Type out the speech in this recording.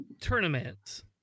tournaments